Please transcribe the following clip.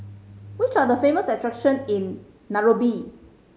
which are the famous attraction in Nairobi